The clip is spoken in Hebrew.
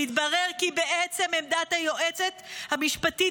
והתברר כי בעצם עמדת היועצת המשפטית